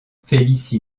félicie